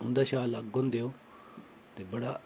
उं'दे शा अलग होंदे ओह् ते बड़ा